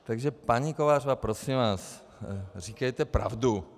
Takže paní Kovářová, prosím vás, říkejte pravdu.